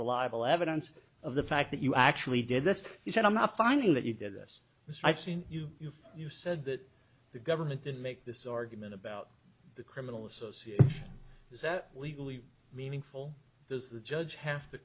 reliable evidence of the fact that you actually did this he said i'm not finding that you did this this i've seen you you said that the government did make this argument about the criminal associates is that legally meaningful does the judge have to